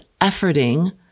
efforting